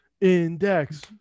index